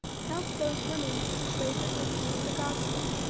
help those women which laboured with me in the gospel,